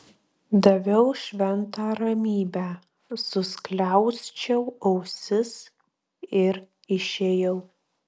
daviau šventą ramybę suskliausčiau ausis ir išėjau